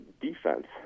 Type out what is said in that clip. defense